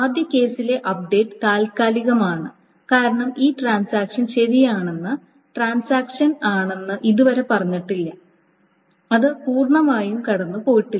ആദ്യ കേസിലെ അപ്ഡേറ്റ് താൽക്കാലികമാണ് കാരണം ഈ ട്രാൻസാക്ഷൻ ശരിയാണെന്ന് ട്രാൻസാക്ഷൻ ആണെന്ന് ഇതുവരെ പറഞ്ഞിട്ടില്ല അത് പൂർണ്ണമായും കടന്നുപോയിട്ടില്ല